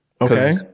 Okay